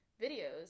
videos